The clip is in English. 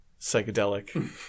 psychedelic